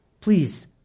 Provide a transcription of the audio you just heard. Please